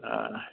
हा